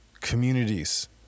communities